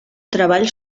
treball